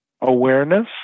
awareness